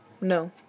No